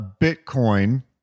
Bitcoin